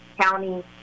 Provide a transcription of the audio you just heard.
county